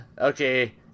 okay